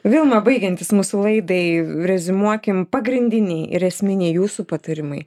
vilma baigiantis mūsų laidai reziumuokim pagrindiniai ir esminiai jūsų patarimai